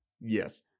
Yes